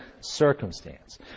circumstance